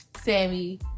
Sammy